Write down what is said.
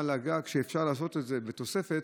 כשאפשר לעשות את זה על הגג,